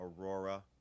Aurora